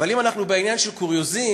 אבל אם אנחנו בעניין של קוריוזים,